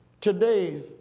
Today